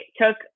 took